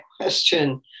question